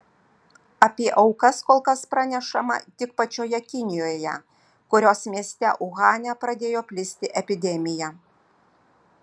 apie aukas kol kas pranešama tik pačioje kinijoje kurios mieste uhane pradėjo plisti epidemija